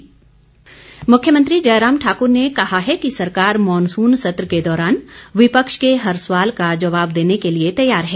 जयराम मुख्यमंत्री जयराम ठाकुर ने कहा है कि सरकार मॉनसून सत्र के दौरान विपक्ष के हर सवाल का जवाब देने के लिए तैयार है